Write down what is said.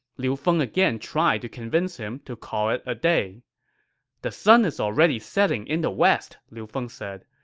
liu feng again tried to convince him to call it a day the sun is already setting in the west, liu feng said.